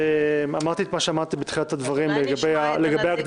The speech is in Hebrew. אמרתי את מה שאמרתי ב אולי נשמע את נציג